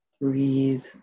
breathe